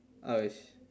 I was